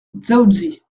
dzaoudzi